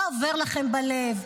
מה עובר לכם בלב?